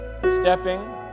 stepping